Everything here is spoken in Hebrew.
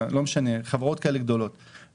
חברות גדולות כאלה,